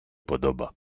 podoba